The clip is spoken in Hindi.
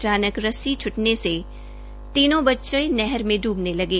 अचानक रस्सी छुटने से तीनों बच्चे नहर में डूबने लगे